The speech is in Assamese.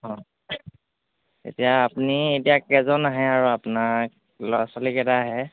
অঁ এতিয়া আপুনি এতিয়া কেইজন আহে আৰু আপোনাক ল'ৰা ছোৱালীকেইটা আহে